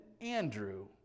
Andrew